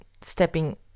stepping